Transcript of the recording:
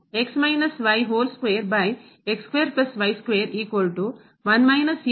ನಿಂದ ಮುಕ್ತವಾಗಿದೆ